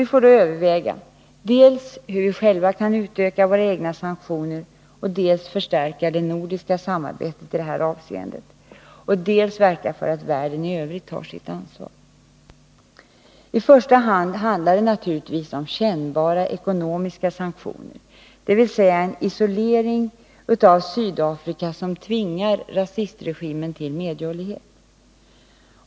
Vi får då överväga att dels utöka våra egna sanktioner, dels förstärka det nordiska samarbetet i detta avseende, dels verka för att världen i övrigt tar sitt ansvar. I första hand handlar det naturligtvis om kännbara ekonomiska sanktioner, dvs. en isolering av Sydafrika som tvingar rasistregimen till medgörlighet.